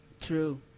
true